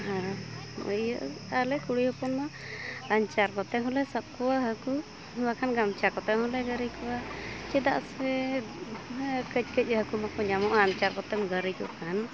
ᱟᱨ ᱤᱭᱟᱹ ᱟᱞᱮ ᱠᱩᱲᱤ ᱦᱚᱯᱚᱱ ᱢᱟ ᱟᱸᱧᱪᱟᱨ ᱠᱚᱛᱮ ᱦᱚᱸᱞᱮ ᱥᱟᱵ ᱠᱚᱣᱟ ᱦᱟᱹᱠᱩ ᱵᱟᱠᱷᱟᱱ ᱜᱟᱢᱪᱷᱟ ᱠᱚᱛᱮ ᱦᱚᱸᱞᱮ ᱜᱟᱨᱤ ᱠᱚᱣᱟ ᱪᱮᱫᱟᱜ ᱥᱮ ᱠᱟᱹᱡ ᱠᱟᱹᱡ ᱦᱟᱹᱠᱩ ᱢᱟᱠᱚ ᱧᱟᱢᱚᱜᱼᱟ ᱟᱸᱧᱪᱟᱨ ᱠᱚᱛᱮᱢ ᱜᱟᱨᱤ ᱠᱚ ᱠᱷᱟᱱ